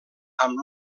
amb